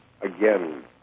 Again